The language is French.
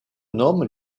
nomme